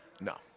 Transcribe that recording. No